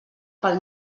pel